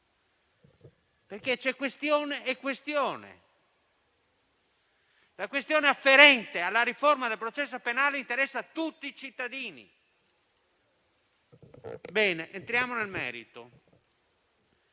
C'è questione e questione e la questione afferente alla riforma del processo penale interessa tutti i cittadini. Entrando nel merito,